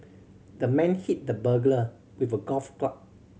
the man hit the burglar with a golf club